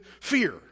fear